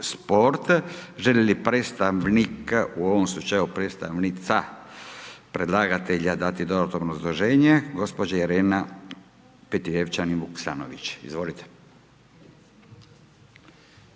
sport. Želi li predstavnik u ovom slučaju predstavnica predlagatelja dati dodatno obrazloženje? Gospođa Irena Petrijevčanin Vuksanović, izvolite.